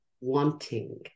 wanting